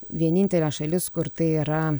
vienintelė šalis kur tai yra